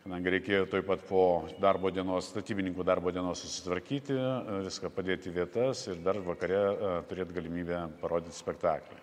kadangi reikėjo tuoj pat po darbo dienos statybininkų darbo dienos susitvarkyti viską padėt į vietas ir dar vakare turėt galimybę parodyt spektaklį